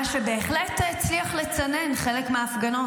מה שבהחלט הצליח לצונן חלק מההפגנות,